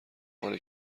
مال